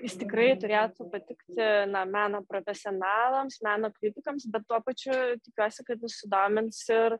jis tikrai turėtų patikti na meno profesionalams meno kritikams bet tuo pačiu tikiuosi kad jis sudomins ir